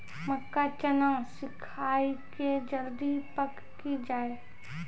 मक्का चना सिखाइए कि जल्दी पक की जय?